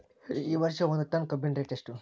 ಈ ವರ್ಷ ಒಂದ್ ಟನ್ ಕಬ್ಬಿನ ರೇಟ್ ಎಷ್ಟು?